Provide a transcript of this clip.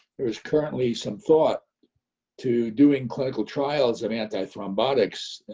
there is currently some thought to doing clinical trials of anti-thrombotics,